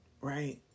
right